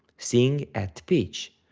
sing at pitch.